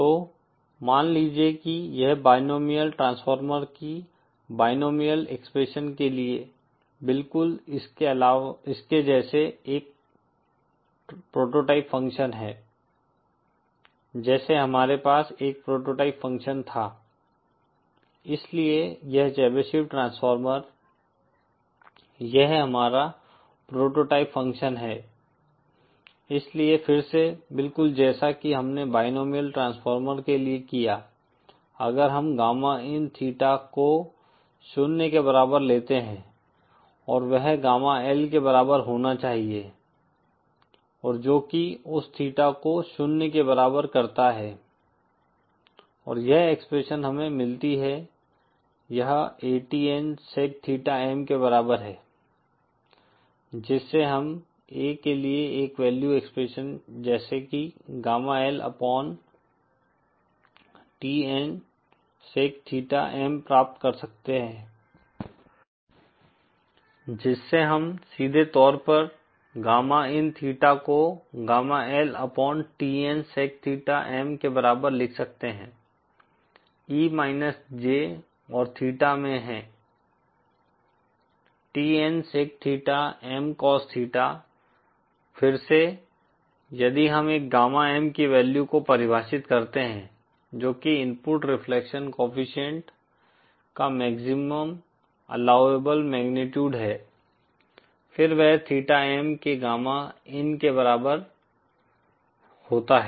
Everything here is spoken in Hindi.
तो मान लीजिए कि यह बायनोमिअल ट्रांसफार्मर की बायनोमिअल एक्सप्रेशन के लिए बिलकुल इसके जैसा एक प्रोटोटाइप फ़ंक्शन है जैसे हमारे पास एक प्रोटोटाइप फ़ंक्शन था इसलिए यह चेबीशेव ट्रांसफार्मर यह हमारा प्रोटोटाइप फ़ंक्शन है इसलिए फिर से बिलकुल जैसा की हमने बायनोमिअल ट्रांसफार्मर के लिए किया अगर हम गामा इन थीटा को शून्य के बराबर लेते है और वह गामा L के बराबर होना चाहिए और जो कि उस थीटा को शून्य के बराबर करता है और यह एक्सप्रेशन हमें मिलती है यह ATN सेक थीटा M के बराबर है जिससे हम A के लिए एक वैल्यू एक्सप्रेशन जैसे कि gamma L upon TN sec theta M प्राप्त कर सकते हैं जिससे हम सीधे तौर पर गामा इन थीटा को gamma L upon TN sec theta M के बराबर लिख सकते हैं E माइनस J और थीटा में है TN sec theta M cos theta फिर से यदि हम एक गामा M की वैल्यू को परिभाषित करते हैं जो की इनपुट रिफ्लेक्शन कोएफ़िशिएंट का मैक्सिमम अल्लोवेबल मैगनीटुड है फिर वह थीटा M के गामा इन के बराबर होता है